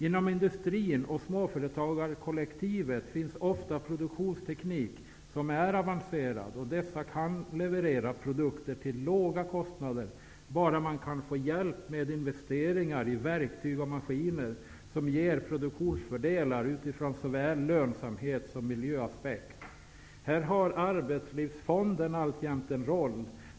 Inom industrin och i småföretagarkollektivet finns ofta produktionsteknik som är avancerad. Dessa kan leverera produkter till låga kostnader bara de får hjälp med investeringar i verktyg och maskiner som ger produktionsfördelar från såväl lönsamhetssom miljöaspekter. Här har Arbetslivsfonden alltjämt en roll.